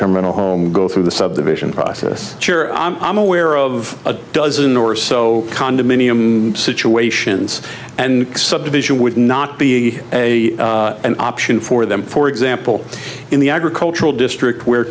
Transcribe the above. term rental home go through the subdivision process i'm aware of a dozen or so condominium situations and subdivision would not be a option for them for example in the agricultural district where